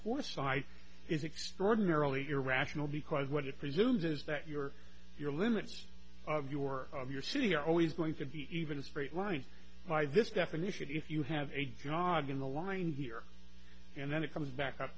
is extraordinarily irrational because what it presumes is that your your limits of your your city are always going to be even a straight line by this definition if you have a dog in the line here and then it comes back up